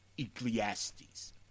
Ecclesiastes